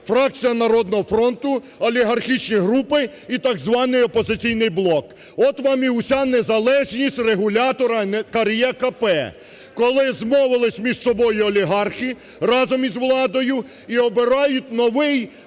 фракція "Народного фронту", олігархічні групи і так званий "Опозиційний блок". От вам і вся незалежність регулятора НКРЕКП, коли змовились між собою олігархи разом із владою і обирають новий,